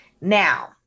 Now